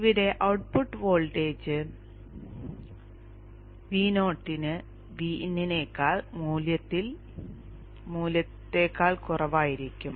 ഇവിടെ output voltage Vo വിന് Vin ന്റെ മൂല്യത്തേക്കാൾ കുറവായിരിക്കും